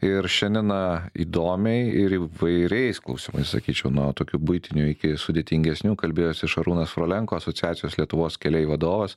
ir šiandieną įdomiai ir įvairiais klausimais sakyčiau nuo tokių buitinių iki sudėtingesnių kalbėjosi šarūnas frolenko asociacijos lietuvos keliai vadovas